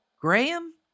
Graham